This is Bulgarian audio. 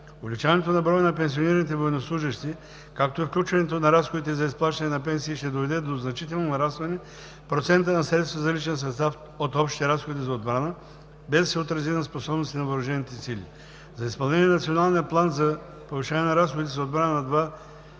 Увеличението на броя на пенсионираните военнослужещи, както и включването на разходите за изплащане на пенсии ще доведе до значително нарастване на процента на средствата за личен състав от общите разходи за отбрана, без да се отрази на способностите на въоръжените сили. За изпълнение на Националния план за повишаване на разходите за отбрана на 2%